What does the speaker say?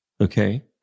Okay